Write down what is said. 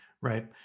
Right